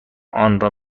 آنرا